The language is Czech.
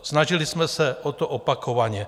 Snažili jsme se o to opakovaně.